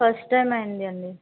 first time అయ్యింది అండి